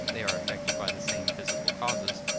they are affected by the same physical causes,